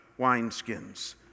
wineskins